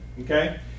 Okay